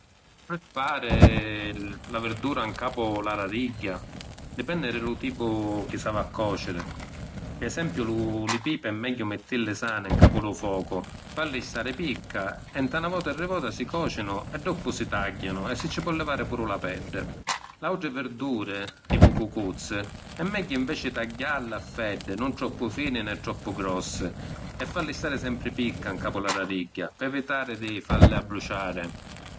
Pi fari la virdura ‘n capu la gradigghia dipenni di lu tipu chi s’havi a còciri. Pi esempiu li pipi è megghiu mittilli sani ‘n capu lu focu, falli stari picca e, nta na vota e rivota, si còcinu e doppu si tagghianu e si ci po’ livari puru la peddi. L’autri virduri, tipu cucuzzi, è megghiu inveci tagghialli a feddi nun troppu fini né troppu grossi e falli stari sempri picca ‘ncapu la gradigghia pi evitari di falli abbruciàri.